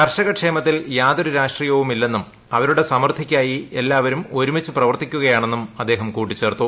കർഷക ക്ഷേമത്തിൽ യാതൊരു രാഷ്ട്രീയവുമില്ലെന്നും അവരുടെ സമൃദ്ധിക്കായി എല്ലാവരും ഒരുമിച്ച് പ്രവർത്തിക്കുകയാണെന്നും അദ്ദേഹം കൂട്ടിച്ചേർത്തു